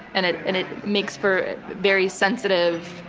and it and it makes for a very sensitive,